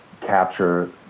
capture